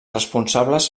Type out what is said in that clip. responsables